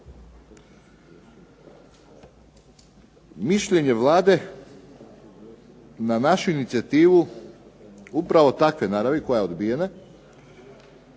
mišljenje Vlade na našu inicijativu upravo takve naravi koja je odbijena,